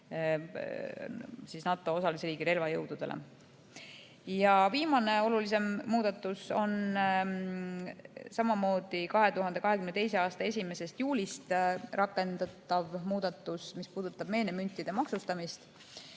NATO osalisriigi relvajõududele. Viimane olulisem muudatus on samamoodi 2022. aasta 1. juulist rakendatav muudatus, mis puudutab meenemüntide maksustamist.